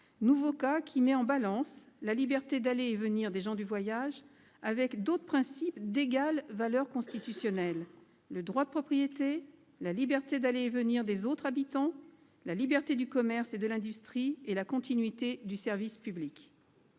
nouveau cas met en balance la liberté d'aller et venir des gens du voyage avec d'autres principes d'égale valeur constitutionnelle : le droit de propriété, la liberté d'aller et venir des autres habitants, la liberté du commerce et de l'industrie et la continuité du service public.